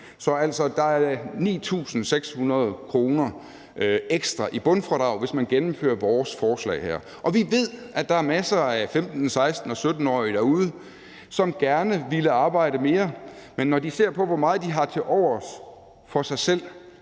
Så der er altså 9.600 kr. ekstra i bundfradrag, hvis man gennemfører vores forslag her. Og vi ved, at der er masser af 15-, 16-, og 17-årige derude, som gerne ville arbejde mere, men når de ser på, hvor meget de har tilovers til sig selv,